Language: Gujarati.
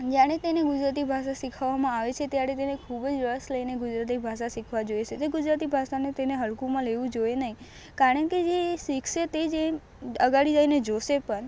જાણે કે એની ગુજરાતી ભાષા શીખવવામાં આવે છે ત્યારે તેને ખૂબ જ રસ લઈને ગુજરાતી ભાષા શીખવા જોઈશે છે ગુજરાતી ભાષાને તેને હલકુમાં લેવું જોઈએ નહીં કારણકે જે શિખશે તે જ એ અગાડી જઈને જોશે પણ